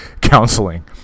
counseling